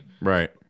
Right